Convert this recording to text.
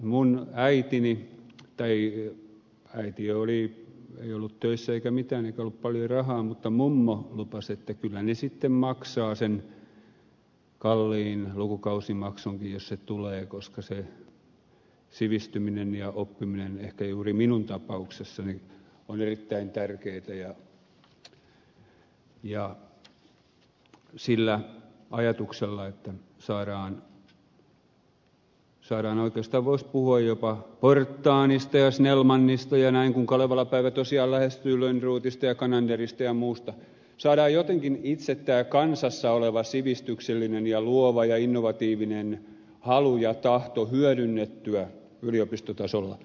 minun äitini ei ollut töissä eikä mitään eikä ollut paljon rahaa mutta mummo lupasi että kyllä ne sitten maksaa sen kalliin lukukausimaksunkin jos se tulee koska se sivistyminen ja oppiminen ehkä juuri minun tapauksessani on erittäin tärkeätä sillä ajatuksella että saadaan oikeastaan voisi puhua jopa porthanista ja snellmanista ja näin kun kalevala päivä tosiaan lähestyy lönnrotista ja gananderista ja muusta jotenkin tämä itse tämä kansassa oleva sivistyksellinen ja luova ja innovatiivinen halu ja tahto hyödynnettyä yliopistotasolla